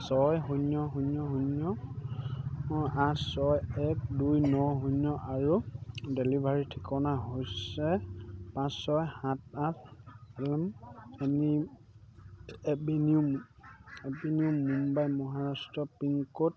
ছয় শূন্য শূন্য শূন্য আঠ ছয় এক দুই ন শূন্য আৰু ডেলিভাৰীৰ ঠিকনা হৈছে পাঁচ ছয় সাত আঠ elm avenue avenue Mumbai Maharashtra pincode